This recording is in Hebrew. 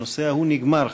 הנושא ההוא נגמר,